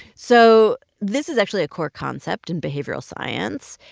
so this is actually a core concept in behavioral science.